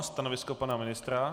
Stanovisko pana ministra?